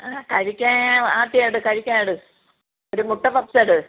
കഴിക്കാൻ ആദ്യം എടുക്ക് കഴിക്കാൻ എടുക്ക് ഒരു മുട്ട പപ്സ് എടുക്ക്